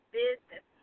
business